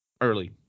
Early